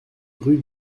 rue